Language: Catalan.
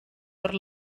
per